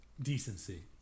decency